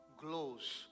glows